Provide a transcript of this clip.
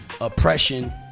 oppression